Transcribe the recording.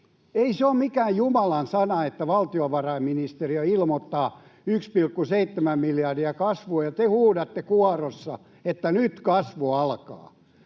Ei se ole mikään jumalansana, että valtiovarainministeriö ilmoittaa 1,7 miljardia kasvua, ja te huudatte kuorossa, että nyt kasvu alkaa.